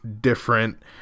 different